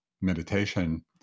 meditation